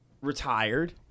retired